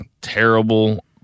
terrible